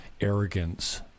Arrogance